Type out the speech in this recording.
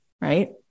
Right